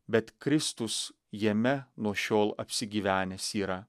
bet kristus jame nuo šiol apsigyvenęs yra